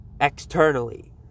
externally